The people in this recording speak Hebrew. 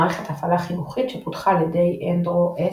מערכת הפעלה חינוכית שפותחה על ידי אנדרו ס.